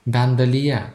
bent dalyje